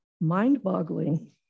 mind-boggling